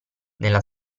nella